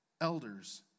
elders